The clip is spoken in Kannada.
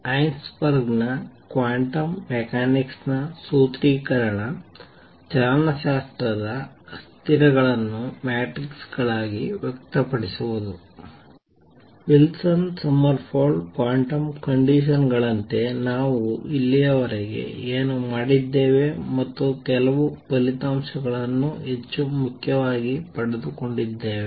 ಹೈಸೆನ್ಬರ್ಗ್ ನ ಕ್ವಾಂಟಮ್ ಮೆಕ್ಯಾನಿಕ್ಸ್ ನ ಸೂತ್ರೀಕರಣ ಚಲನಶಾಸ್ತ್ರದ ಅಸ್ಥಿರಗಳನ್ನು ಮ್ಯಾಟ್ರಿಕ್ಸ್ ಗಳಾಗಿ ವ್ಯಕ್ತಪಡಿಸುವುದು ವಿಲ್ಸನ್ ಸೊಮರ್ಫೆಲ್ಡ್ ಕ್ವಾಂಟಮ್ ಕಂಡೀಷನ್ ಗಳಂತೆ ನಾವು ಇಲ್ಲಿಯವರೆಗೆ ಏನು ಮಾಡಿದ್ದೇವೆ ಮತ್ತು ಕೆಲವು ಫಲಿತಾಂಶಗಳನ್ನು ಹೆಚ್ಚು ಮುಖ್ಯವಾಗಿ ಪಡೆದುಕೊಂಡಿದ್ದೇವೆ